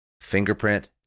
fingerprint